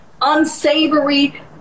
unsavory